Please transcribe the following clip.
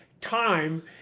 time